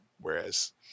whereas